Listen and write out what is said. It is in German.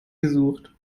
gesucht